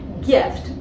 gift